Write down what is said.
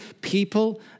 people